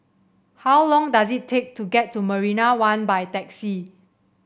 how long does it take to get to Marina One by taxi